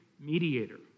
mediator